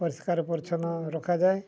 ପରିଷ୍କାର ପରିଚ୍ଛନ୍ନ ରଖାଯାଏ